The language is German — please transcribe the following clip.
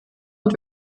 und